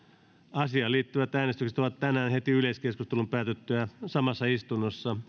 asiaan liittyvät äänestykset ovat tänään heti yleiskeskustelun päätyttyä samassa istunnossa